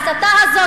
ההסתה הזאת,